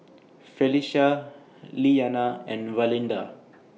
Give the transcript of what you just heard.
Felicia Lilyana and Valinda